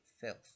filth